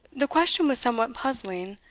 the question was somewhat puzzling.